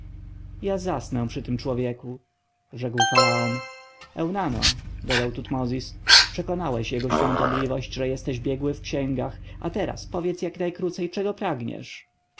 ja zasnę przy tym człowieku rzekł faraon eunano dodał tutmozis przekonałeś jego świątobliwość że jesteś biegły w księgach a teraz powiedz jak najkrócej czego pragniesz